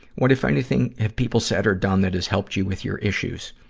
what, if anything, have people said or done that has helped you with your issues?